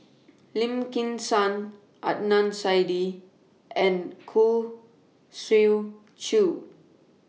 Lim Kim San Adnan Saidi and Khoo Swee Chiow